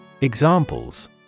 Examples